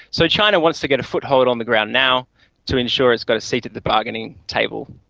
so china wants to get a foothold on the ground now to ensure it's got a seat at the bargaining table.